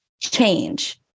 change